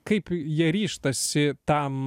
kaip jie ryžtasi tam